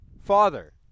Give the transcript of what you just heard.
father